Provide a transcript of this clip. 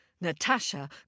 Natasha